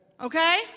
Okay